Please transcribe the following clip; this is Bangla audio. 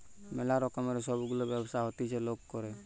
ম্যালা রকমের সব গুলা ব্যবসা হতিছে লোক করে